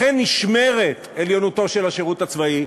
לכן נשמרת עליונותו של השירות הצבאי,